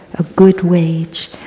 a good wage.